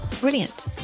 brilliant